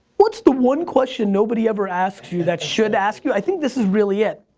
what's the one question nobody ever asks you, that should ask you? i think this is really it.